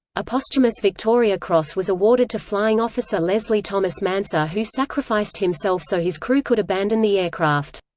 a posthumous victoria cross was awarded to flying officer leslie thomas manser who sacrificed himself so his crew could abandon the aircraft.